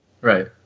Right